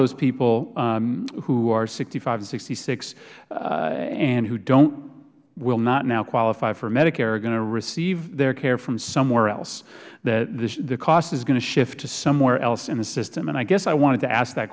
those people who are sixty five and sixty six and who don'th will not now qualify for medicare are going to receive their care from somewhere else that the cost is going to shift to somewhere else in the system and i guess i wanted to ask that